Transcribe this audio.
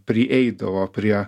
prieidavo prie